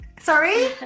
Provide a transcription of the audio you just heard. Sorry